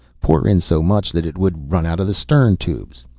pour in so much that it would run out of the stern tubes.